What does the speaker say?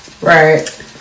right